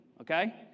okay